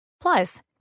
Plus